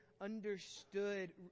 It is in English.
understood